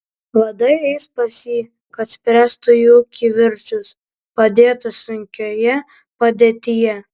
vadai eis pas jį kad spręstų jų kivirčus padėtų sunkioje padėtyje